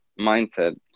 mindset